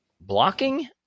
Blocking